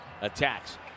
Attacks